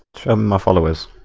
um a followers